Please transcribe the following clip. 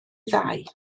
ddau